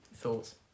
thoughts